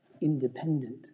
independent